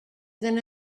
than